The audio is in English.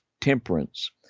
temperance